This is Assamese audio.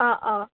অঁ অঁ